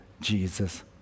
Jesus